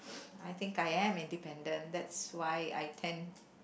I think I am independent that's why I tend